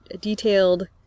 detailed